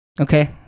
Okay